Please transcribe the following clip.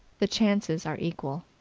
the chances are equal.